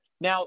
Now